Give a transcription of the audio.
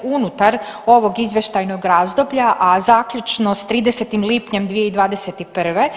Unutar ovog izvještajnog razdoblja, a zaključno s 30. lipnja 2021.